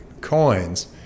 coins